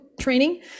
training